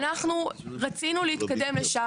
אנחנו רצינו להתקדם לשם.